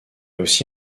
aussi